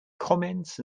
comments